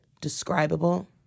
describable